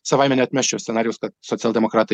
savaime neatmesčiau scenarijaus kad socialdemokratai